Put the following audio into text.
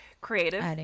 creative